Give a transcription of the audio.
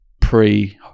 pre